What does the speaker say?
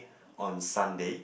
on Sunday